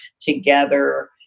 together